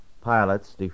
pilots